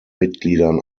mitgliedern